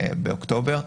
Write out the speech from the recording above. באוקטובר,